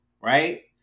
right